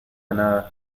nada